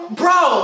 bro